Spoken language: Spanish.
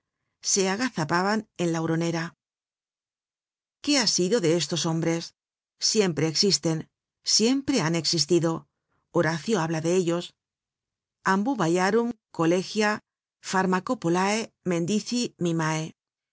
alcantarillas se agazapaban en la huronera qué ha sido de estos hombres siempre existen siempre han existido horacio habla de ellos ambubaiarum collegia pharmacopolce men dici mimce